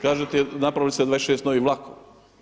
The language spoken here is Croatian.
Kažete napravili ste 26 novih vlakova.